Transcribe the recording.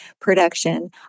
production